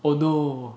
oh no